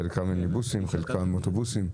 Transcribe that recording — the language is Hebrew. חלקם מיניבוסים, חלקם אוטובוסים.